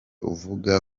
uvuga